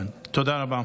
תודה רבה.